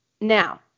now